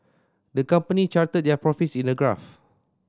the company charted their profits in a graph